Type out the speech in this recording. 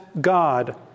God